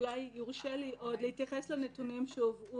אולי יורשה לי עוד להתייחס לנתונים שהובאו